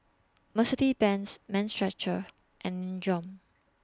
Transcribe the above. Mercedes Benz Mind Stretcher and Nin Jiom